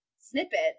snippets